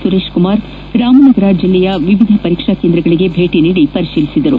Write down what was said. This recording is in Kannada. ಸುರೇಶ್ ಕುಮಾರ್ ರಾಮನಗರ ಜಿಲ್ಲೆಯ ವಿವಿಧ ಪರೀಕ್ಷಾ ಕೇಂದ್ರಗಳಿಗೆ ಭೇಟಿ ನೀಡಿ ಪರಿಶೀಲಿಸಿದರು